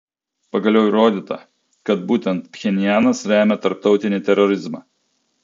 pagaliau įrodyta kad būtent pchenjanas remia tarptautinį terorizmą